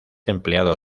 empleado